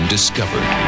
discovered